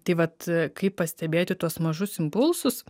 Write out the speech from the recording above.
tai vat kaip pastebėti tuos mažus impulsus